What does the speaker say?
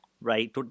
right